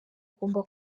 agomba